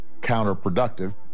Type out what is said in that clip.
counterproductive